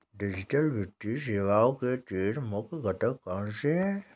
digital वित्तीय सेवाओं के तीन मुख्य घटक कौनसे हैं